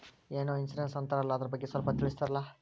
ಏನೋ ಇನ್ಸೂರೆನ್ಸ್ ಅಂತಾರಲ್ಲ, ಅದರ ಬಗ್ಗೆ ಸ್ವಲ್ಪ ತಿಳಿಸರಲಾ?